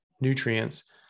nutrients